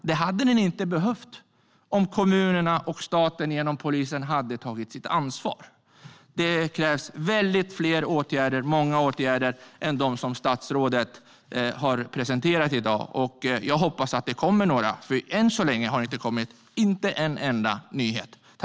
Det hade det inte behövt göra om kommunen och staten genom polisen hade tagit sitt ansvar. Det krävs väldigt många fler åtgärder än de som statsrådet har presenterat i dag. Jag hoppas att det kommer några, för än så länge har det inte kommit en enda nyhet.